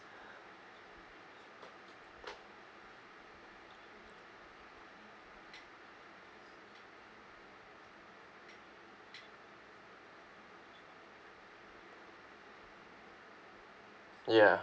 ya